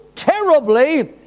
terribly